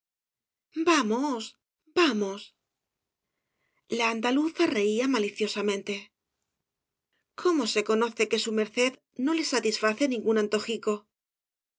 vamos vamos la andaluza reía maliciosamente cómo se conoce que su merced no le satisface ningún antojico